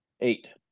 eight